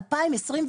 2023,